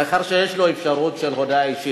מאחר שיש לו אפשרות של הודעה אישית,